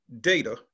data